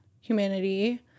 Humanity